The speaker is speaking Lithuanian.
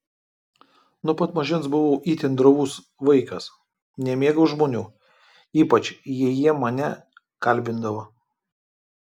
nuo pat mažens buvau itin drovus vaikas nemėgau žmonių ypač jei jie mane kalbindavo